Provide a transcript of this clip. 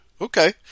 Okay